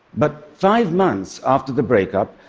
but five months after the breakup,